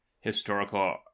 historical